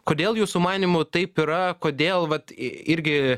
kodėl jūsų manymu taip yra kodėl vat i irgi